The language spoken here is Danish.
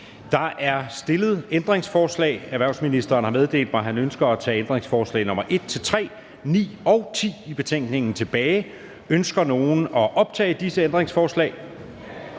Der er stillet ændringsforslag. Erhvervsministeren har meddelt mig, at han ønsker at tage ændringsforslag nr. 1-3, 9 og 10 i betænkningen tilbage. Ønsker nogen at optage disse ændringsforslag?